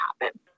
happen